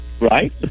right